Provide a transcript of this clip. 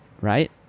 right